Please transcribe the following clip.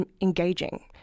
engaging